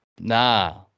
Nah